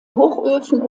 hochöfen